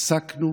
הפסקנו,